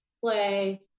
play